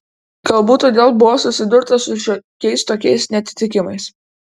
galbūt todėl buvo susidurta su šiokiais tokiais neatitikimais